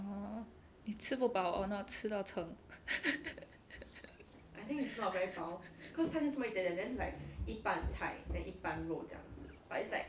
err 你吃不饱 or not 吃到撑